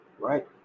right